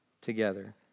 together